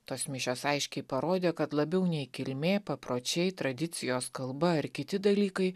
tos mišios aiškiai parodė kad labiau nei kilmė papročiai tradicijos kalba ir kiti dalykai